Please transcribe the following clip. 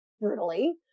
brutally